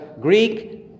Greek